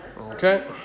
Okay